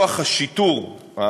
כוח השיטור,